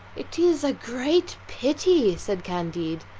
it is a great pity, said candide,